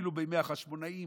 אפילו בימי החשמונאים,